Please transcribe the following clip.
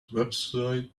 website